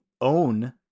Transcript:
own